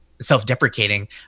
self-deprecating